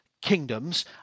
kingdoms